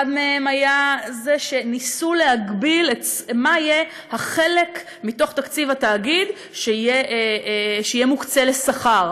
אחד מהם היה שניסו להגביל את החלק מתקציב התאגיד שיהיה מוקצה לשכר.